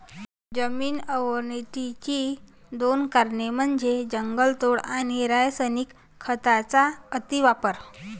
जमीन अवनतीची दोन कारणे म्हणजे जंगलतोड आणि रासायनिक खतांचा अतिवापर